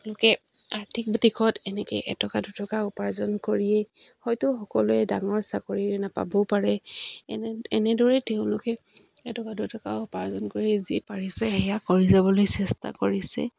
লোকে আৰ্থিক দিশত এনেকে এটকা দুটকা উপাৰ্জন কৰিয়েই হয়তো সকলোৱে ডাঙৰ চাকৰি নাপাবও পাৰে এনে এনেদৰেই তেওঁলোকে এটকা দুটকা উপাৰ্জন কৰিয়ে যি পাৰিছে সেয়া কৰি যাবলৈ চেষ্টা কৰিছে